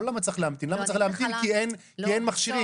צריך להמתין כי אין מכשירים.